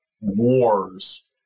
wars